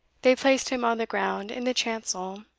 they placed him on the ground in the chancel,